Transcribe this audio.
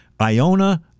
Iona